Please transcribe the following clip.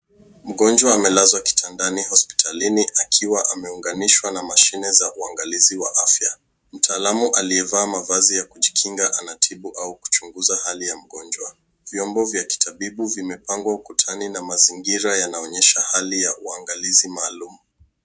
Mgonjwa amelazwa kitandani hospitalini akiwa ameunganishwa na mashine za uangalizi wa afya. Mtaalamu aliyevaa mavazi ya kujikinga anatibu au kuchunguza hali ya mgonjwa. Vyombo vya kitabibu vimepangwa ukutani na mazingira yanaonyesha hali ya uangalizi maalum.